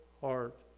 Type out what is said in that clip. heart